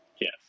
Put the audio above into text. Yes